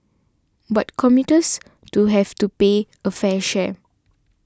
but commuters to have to pay a fair share